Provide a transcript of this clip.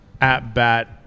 At-bat –